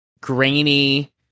grainy